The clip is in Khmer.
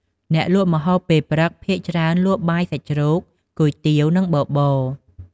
អ្នកលក់ម្ហូបពេលព្រឹកភាគច្រើនលក់បាយសាច់ជ្រូក គុយទាវ និងបបរ។